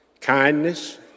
kindness